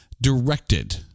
directed